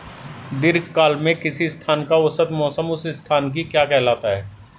दीर्घकाल में किसी स्थान का औसत मौसम उस स्थान की क्या कहलाता है?